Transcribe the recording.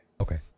Okay